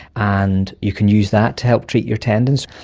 and you can use that to help treat your tendons.